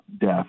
death